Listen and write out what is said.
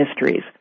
mysteries